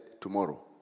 tomorrow